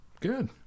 Good